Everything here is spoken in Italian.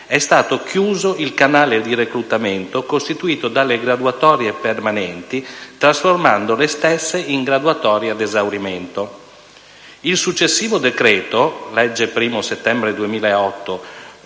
è stato chiuso il canale di reclutamento costituito dalle graduatorie permanenti, trasformando le stesse in graduatorie ad esaurimento. Il successivo decreto-legge 1° settembre 2008,